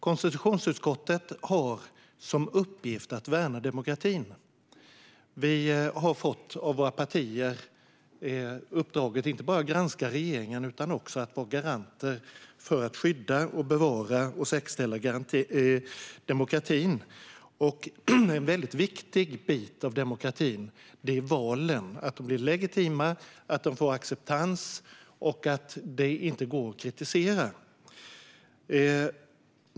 Konstitutionsutskottet har som uppgift att värna demokratin. Vi har av våra partier fått uppdraget inte bara att granska regeringen utan att också vara garanter för att skydda, bevara och säkerställa demokratin. En väldigt viktig bit av demokratin är ju valen: att de blir legitima, att de får acceptans och att de inte går att kritisera.